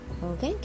Okay